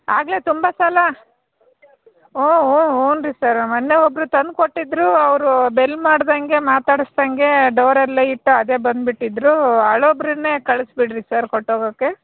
ಆಗಲೇ ತುಂಬ ಸಲ ಊಂ ಊಂ ಹ್ಞೂನ್ ರೀ ಸರ್ ಮೊನ್ನೆ ಒಬ್ಬರು ತಂದು ಕೊಟ್ಟಿದ್ದರು ಅವರು ಬೆಲ್ ಮಾಡ್ದೆ ಮಾತಾಡ್ಸ್ದೆ ಡೋರಲ್ಲೇ ಇಟ್ಟು ಅದೇ ಬಂದ್ಬಿಟ್ಟಿದ್ರು ಹಳಬ್ರನ್ನೇ ಕಳ್ಸಿ ಬಿಡಿರಿ ಸರ್ ಕೊಟ್ಟೋಗೋಕ್ಕೆ